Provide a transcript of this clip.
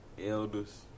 elders